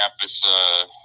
campus